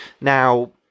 Now